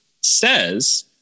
Says